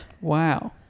Wow